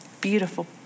beautiful